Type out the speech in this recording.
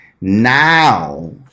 now